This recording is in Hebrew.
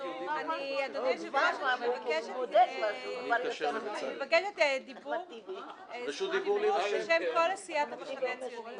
היינו בוועדת הכנסת והתעכבנו על המיזוג הזה.